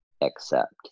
accept